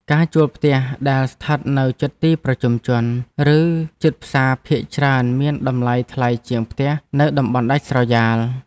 ការជួលផ្ទះដែលស្ថិតនៅជិតទីប្រជុំជន ឬជិតផ្សារភាគច្រើនមានតម្លៃថ្លៃជាងផ្ទះនៅតំបន់ដាច់ស្រយាល។